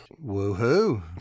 woohoo